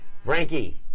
Frankie